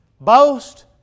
boast